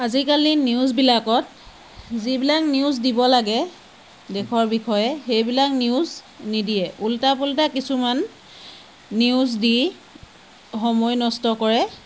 আজিকালি নিউজবিলাকত যিবিলাক নিউজ দিব লাগে দেশৰ বিষয়ে সেইবিলাক নিউজ নিদিয়ে উল্টা পুল্টা কিছুমান নিউজ দি সময় নষ্ট কৰে